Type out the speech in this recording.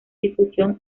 difusión